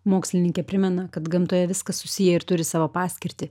mokslininkė primena kad gamtoje viskas susiję ir turi savo paskirtį